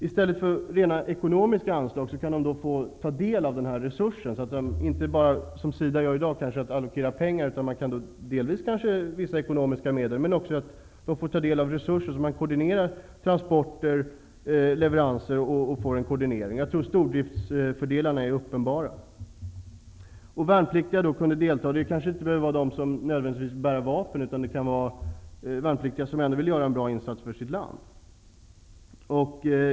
I stället för att få rena ekonomiska anslag skulle de i stället få nyttja denna resurs. Det skulle inte bli som i dag, när SIDA bara allokerar pengar. Det kan kanske delvis vara fråga om att ge vissa ekonomiska medel, men i första hand skall man få tillgång till denna resurs för koordinering av transporter och leveranser. Stordriftsfördelarna är uppenbara. Också värnpliktiga kunde alltså delta, inte nödvändigtvis sådana som bär vapen, utan över huvud taget sådana som vill göra en bra insats för sitt land.